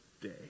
day